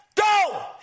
go